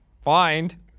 find